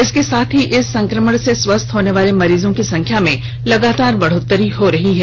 इसके साथ ही इस संकमण से स्वस्थ होने वाले मरीजों की संख्या में लगातार बढोत्तरी हो रही है